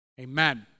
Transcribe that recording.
Amen